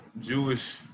jewish